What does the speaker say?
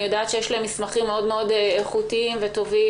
אני יודעת שיש להם מסמכים מאוד מאוד איכותיים וטובים,